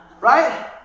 Right